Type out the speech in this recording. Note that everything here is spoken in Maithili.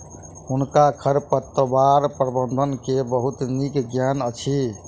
हुनका खरपतवार प्रबंधन के बहुत नीक ज्ञान अछि